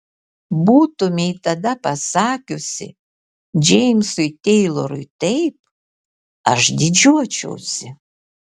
būtumei tada pasakiusi džeimsui teilorui taip aš didžiuočiausi